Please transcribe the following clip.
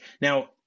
Now